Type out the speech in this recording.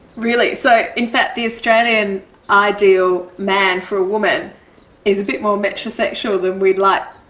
really? so in fact the australian ideal man for a woman is a bit more metrosexual than we'd like